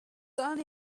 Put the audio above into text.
done